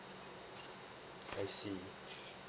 I see